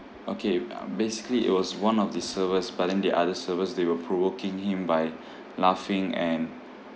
okay uh basically it was one of the servers but then the other servers they were provoking him by laughing and